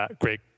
great